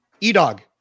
E-Dog